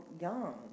young